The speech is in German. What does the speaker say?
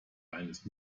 eines